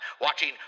watching